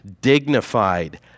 dignified